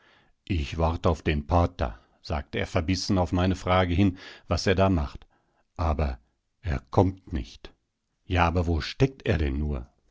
ich wart auf den pater sagt er verbissen auf meine frage hin was er da macht aber er kommt nicht ja aber wo steckt er denn nur